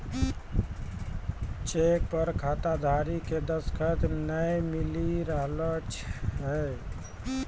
cheque पर खाताधारी के दसखत नाय मिली रहलो छै